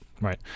Right